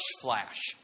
flash